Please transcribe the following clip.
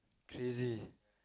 crazy